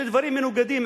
אלה דברים מנוגדים,